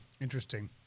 Interesting